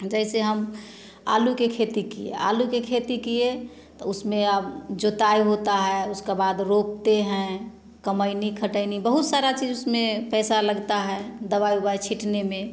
जैसे हम आलू के खेती किए आलू के खेती किए तो उसमें अम जोताई होता है उसका बाद रोपते हैं कमइनी खटइनी बहुत सारा चीज उसमें पैसा लगता है दवाई उवाई छीटने में